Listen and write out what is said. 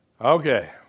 Okay